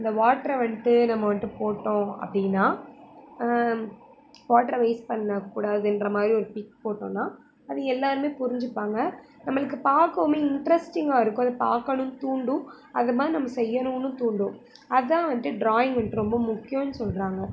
அந்த வாட்ரை வந்துட்டு நம்ம வந்துட்டு போட்டோம் அப்படின்னா வாட்ரை வேஸ்ட் பண்ணக்கூடாதுங்ற மாதிரி ஒரு பிக் போட்டோன்னால் அது எல்லாேருமே புரிஞ்சுப்பாங்க நம்மளுக்கு பார்க்கவுமே இன்ட்ரெஸ்ட்டிங்காக இருக்கும் அது பார்க்கணும் தூண்டும் அந்தமாதிரி நம்ம செய்யணும்னு தூண்டும் அதுதான் வந்துட்டு ட்ராயிங் வந்துட்டு ரொம்ப முக்கியம்னு சொல்கிறாங்க